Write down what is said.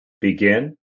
begin